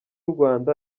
rwanda